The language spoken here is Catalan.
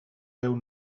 deu